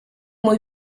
muy